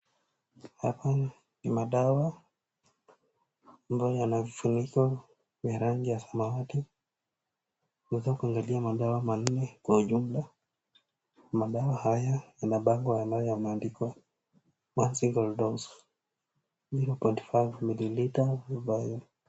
Hapa ni madawaa ambayo yana vifuniko vya rangi ya samawati tunaweza kuangalia madawa manne kwa jumla. Madawa haya yana bango ambayo imeandikwa 1 single dose 0.5 ml